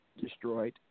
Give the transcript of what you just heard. destroyed